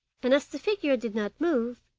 and as the figure did not move,